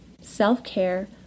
self-care